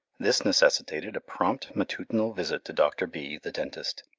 this necessitated a prompt matutinal visit to dr. b, the dentist.